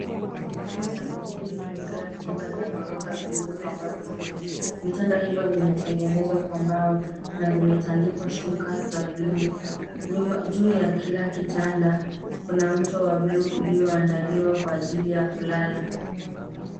Chumba cha hosteli kimejaa vitanda vya ghorofa vilivyopambwa vizuri. Vitanda hivyo vimetengenzwa kwa mbao na zimetandikwa shuka za buluu Juu ya kila kitanda kuna mto wa buluu ulioandaliwa kwa ajili ya kulala.